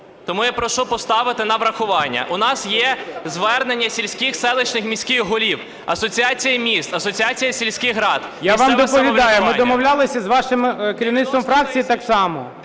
Тому я прошу поставити на врахування. У нас є звернення сільських, селищних, міських голів, асоціації міст, асоціації сільських рад, місцеве самоврядування… ГОЛОВУЮЧИЙ. Я вам доповідаю. Ми домовлялися з вашим керівництвом фракції так само.